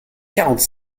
quarante